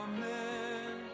Amen